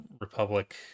Republic